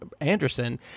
Anderson